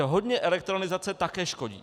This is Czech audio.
Hodně elektronizace také škodí.